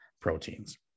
proteins